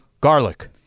Garlic